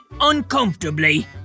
uncomfortably